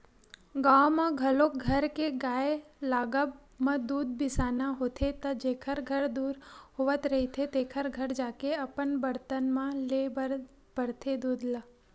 गाँव म कखरो घर के गाय लागब म दूद बिसाना होथे त जेखर घर दूद होवत रहिथे तेखर घर जाके अपन बरतन म लेय बर परथे दूद ल